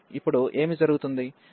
ఇప్పుడు ఏమి జరుగుతుంది